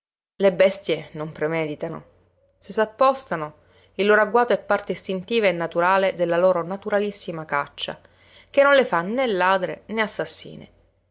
le bestie non premeditano se s'appostano il loro agguato è parte istintiva e naturale della loro naturalissima caccia che non le fa né ladre né assassine